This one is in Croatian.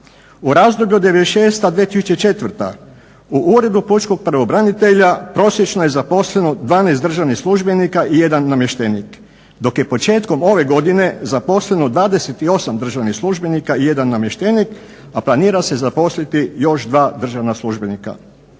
U razdoblju '96. – 2004. u Uredu pučkog pravobranitelja prosječno je zaposleno 12 državnih službenika i 1 namještenik dok je početkom ove godine zaposleno 28 državnih službenika i 1 namještenik, a planira se zaposliti još 2 državna službenika.